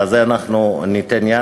לזה אנחנו ניתן יד.